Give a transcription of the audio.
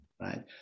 Right